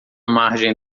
margem